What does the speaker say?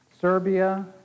Serbia